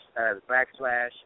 backslash